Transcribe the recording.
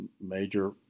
major